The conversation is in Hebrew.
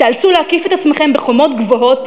תיאלצו להקיף את עצמכם בחומות גבוהות